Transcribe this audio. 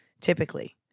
typically